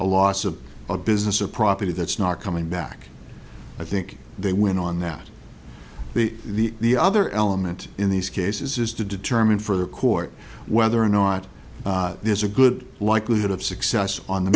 a loss of a business or property that's not coming back i think they went on that the other element in these cases is to determine for the court whether or not there's a good likelihood of success on the